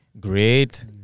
Great